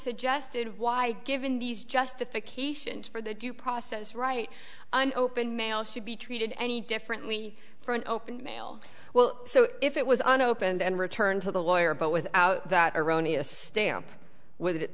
suggested why given these justifications for the due process write an open mail should be treated any differently for an open mail well so if it was an opened and returned to the lawyer but without that erroneous stamp w